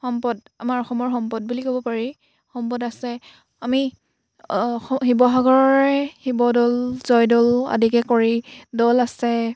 সম্পদ আমাৰ অসমৰ সম্পদ বুলি ক'ব পাৰি সম্পদ আছে আমি অসম শিৱসাগৰৰে শিৱদৌল জয়দৌল আদিকে কৰি দৌল আছে